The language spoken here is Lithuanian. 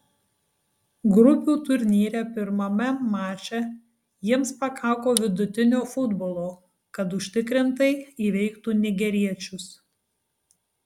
grupių turnyre pirmame mače jiems pakako vidutinio futbolo kad užtikrintai įveiktų nigeriečius